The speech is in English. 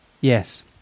Yes